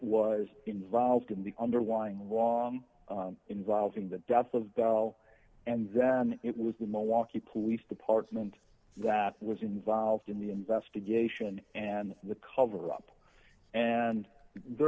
was involved in the underlying wrong involving the death of bell and then it was the more walking police department that was involved in the investigation and the cover up and there